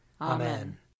Amen